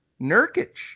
Nurkic